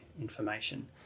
information